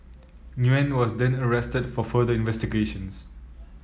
Nguyen was then arrested for further investigations